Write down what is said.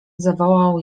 zawołał